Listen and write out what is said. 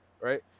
right